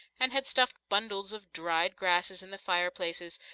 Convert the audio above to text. and had stuffed bundles of dried grasses in the fireplaces,